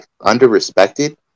under-respected